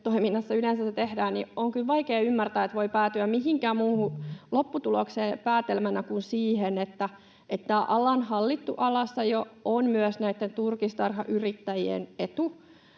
liiketoiminnassa yleensä sitä tehdään, on kyllä vaikea ymmärtää, että voi päätyä päätelmänä mihinkään muuhun lopputulokseen kuin siihen, että alan hallittu alasajo on myös näitten turkistarhayrittäjien etu.